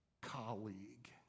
colleague